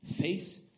face